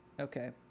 Okay